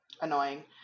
Annoying